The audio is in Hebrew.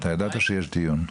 אתה ידעת שיש דיון.